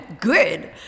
good